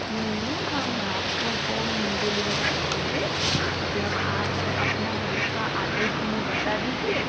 नहीं नहीं हम आपको होम डेलीवरी कर देंगे मतलब आप अपने घर का आड्रेस हमें बता दीजिए